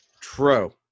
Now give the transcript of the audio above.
True